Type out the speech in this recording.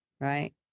right